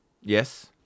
Yes